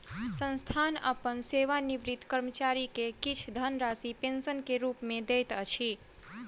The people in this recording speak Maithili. संस्थान अपन सेवानिवृत कर्मचारी के किछ धनराशि पेंशन के रूप में दैत अछि